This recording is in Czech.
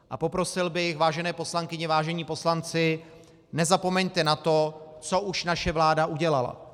A poprosil bych, vážené poslankyně, vážení poslanci, nezapomeňte na to, co už naše vláda udělala.